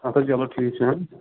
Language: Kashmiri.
اَچھا چلو ٹھیٖک چھُ